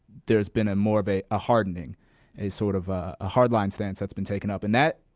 there's been a more of a a hardening a sort of a hard line stance that's been taken up. and that,